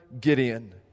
Gideon